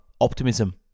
optimism